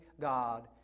God